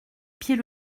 pied